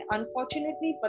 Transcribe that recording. Unfortunately